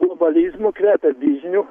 globalizmu kvepia bizniu